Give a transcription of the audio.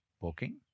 poking